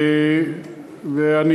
אני